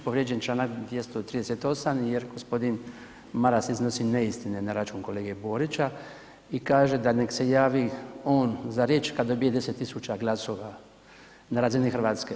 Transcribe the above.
Povrijeđen Članak 238. jer gospodin Maras iznosi neistine na račun kolege Borića i kaže da nek se javi on za riječ kad dobije 10.000 glasova na razini Hrvatske.